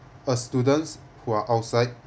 a students who are outside